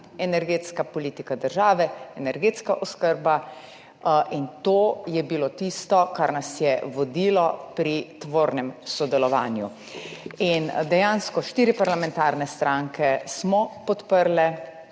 energetska politika države, energetska oskrba. To je bilo tisto, kar nas je vodilo pri tvornem sodelovanju. Dejansko smo štiri parlamentarne stranke podprle